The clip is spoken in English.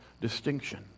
distinction